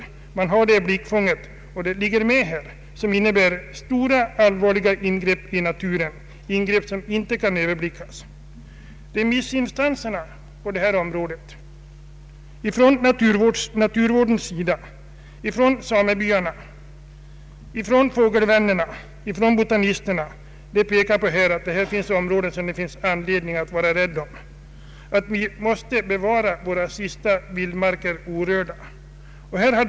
Sådana finns med i blickfånget, innebärande stora och allvarliga ingrepp i naturen, ingrepp som inte kan överblickas. I naturvårdarnas remissyttranden, i samebyarnas, fågelvännernas och botanisternas — pekas på att det finns områden som vi har anledning att vara rädda om. Vi måste bevara våra sista vildmarker orörda.